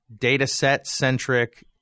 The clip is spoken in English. data-set-centric